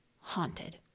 haunted